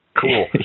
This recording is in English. Cool